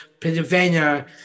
Pennsylvania